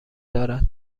دارد